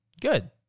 Good